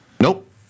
Nope